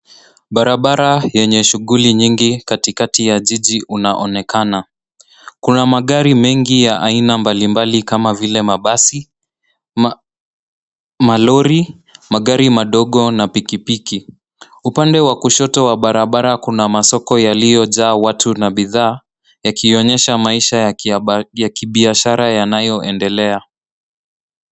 Barabara yenye shughuli nyingi katikati ya jiji inaonekana. Kuna magari mengi ya aina mbalimbali kama vile mabasi, malori, magari madogo na pikipiki. Upande wa kushoto wa barabara kuna masoko yaliyojaa watu na bidhaa, yakionyesha maisha ya kabiashara yanayoendelea.